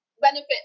benefit